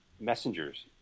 messengers